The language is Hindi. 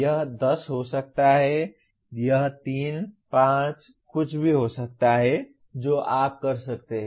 यह 10 हो सकता है यह 3 5 कुछ भी हो सकता है जो आप कर सकते हैं